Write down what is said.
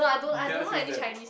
you cannot choose that